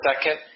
second